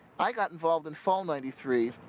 i got involved in fall ninety three.